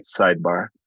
sidebar